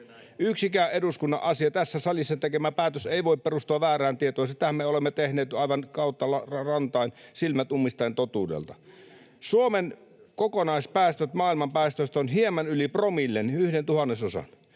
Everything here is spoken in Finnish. Yksikään eduskunnan tässä salissa tekemä päätös ei voi perustua väärään tietoon — mutta sitähän me olemme tehneet jo aivan kautta rantain, silmät ummistaen totuudelta. Suomen kokonaispäästöt maailman päästöistä ovat hieman yli promillen, yhden tuhannesosan.